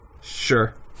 sure